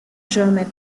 german